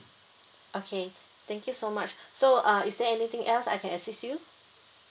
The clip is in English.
okay thank you so much so uh is there anything else I can assist you